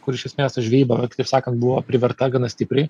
kur iš esmės ta žvejyba kitaip sakant buvo priverta gana stipriai